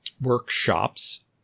workshops